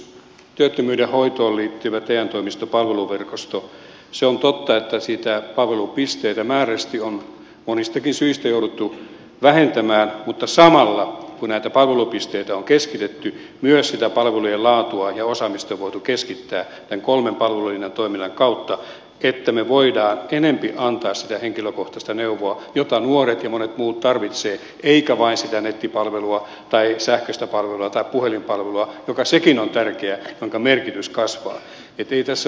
työttömyyden hoitoon liittyvästä te toimistopalveluverkostosta se on totta palvelupisteitä määrällisesti on monistakin syistä jouduttu vähentämään mutta samalla kun näitä palvelupisteitä on keskitetty myös sitä palvelujen laatua ja osaamista on voitu keskittää näiden kolmen palvelulinjan toiminnan kautta että me voimme enempi antaa sitä henkilökohtaista neuvoa jota nuoret ja monet muut tarvitsevat eikä vain sitä nettipalvelua tai sähköistä palvelua tai puhelinpalvelua joka sekin on tärkeä jonka merkitys kasvaa että ei tässä olla